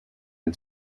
and